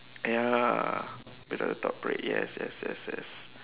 ya without the top bread yes yes yes yes